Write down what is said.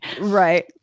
right